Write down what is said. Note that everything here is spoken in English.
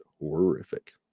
horrific